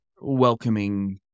welcoming